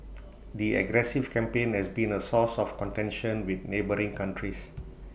the aggressive campaign has been A source of contention with neighbouring countries